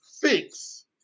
fix